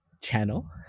channel